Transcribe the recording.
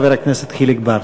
חבר הכנסת חיליק בר.